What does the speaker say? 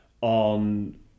on